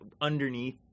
underneath